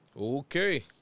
Okay